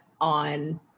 on